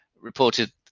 reported